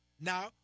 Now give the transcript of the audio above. Now